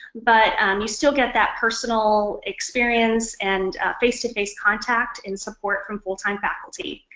but you still get that personal experience and face to face contact and support from fulltime faculty.